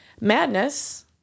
Madness